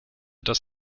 dass